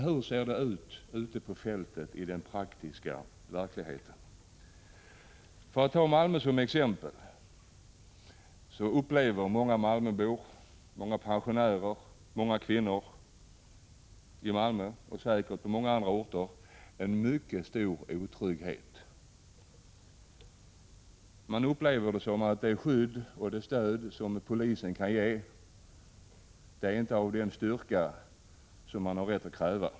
Hur ser det ut ute på fältet, i den praktiska verkligheten? För att ta Malmö som exempel, upplever många pensionärer och många kvinnor i Malmö — säkert på många andra orter också — en mycket stor otrygghet. Man anser att det skydd och det stöd som polisen kan ge inte är av den styrka som man har rätt att kräva.